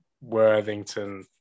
Worthington